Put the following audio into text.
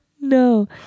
No